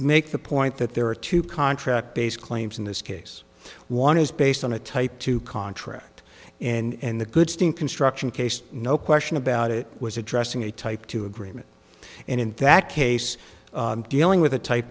make the point that there are two contract based claims in this case one is based on a type two contract and the goodstein construction case no question about it was addressing a type two agreement and in that case dealing with a type